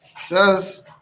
says